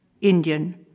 Indian